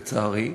לצערי.